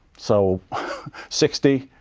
so sixty.